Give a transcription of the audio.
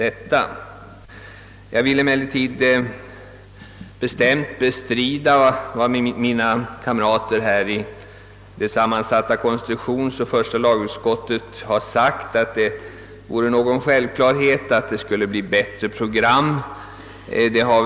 Jag vill emellertid bestämt bestrida vad mina kamrater i det sammansatta konstitutionsoch första lagutskottet har sagt, nämligen att det vore självklart att det skulle bli bättre program om deras förslag skulle bifallas.